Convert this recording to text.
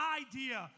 idea